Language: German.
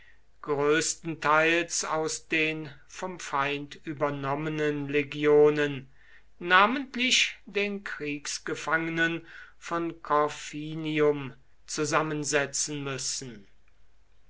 größtenteils aus den vom feind übernommenen legionen namentlich den kriegsgefangenen von corfinium zusammensetzen müssen